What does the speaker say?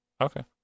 Okay